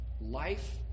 Life